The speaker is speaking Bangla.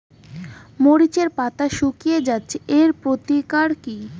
মরিচের পাতা শুকিয়ে যাচ্ছে এর প্রতিকার কি?